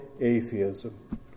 atheism